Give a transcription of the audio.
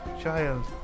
child